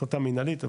החלטה מנהלית,